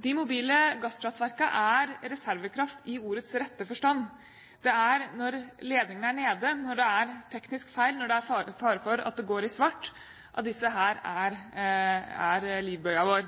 De mobile gasskraftverkene er reservekraft i ordets rette forstand. Det er når ledningen er nede, når det er teknisk feil, når det er fare for at det går i svart, at disse er livbøyen vår.